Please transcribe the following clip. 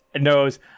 knows